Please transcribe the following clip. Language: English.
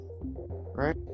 Right